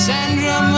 Sandra